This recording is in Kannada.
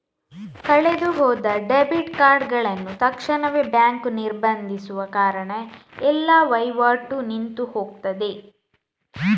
ಕಳೆದು ಹೋದ ಡೆಬಿಟ್ ಕಾರ್ಡುಗಳನ್ನ ತಕ್ಷಣವೇ ಬ್ಯಾಂಕು ನಿರ್ಬಂಧಿಸುವ ಕಾರಣ ಎಲ್ಲ ವೈವಾಟು ನಿಂತು ಹೋಗ್ತದೆ